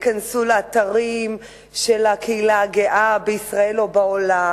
ייכנסו לאתרים של הקהילה הגאה בישראל או בעולם